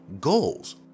goals